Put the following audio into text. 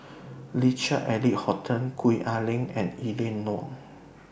Richard Eric Holttum Gwee Ah Leng and Eleanor Wong